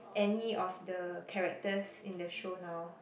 any of the characters in the show now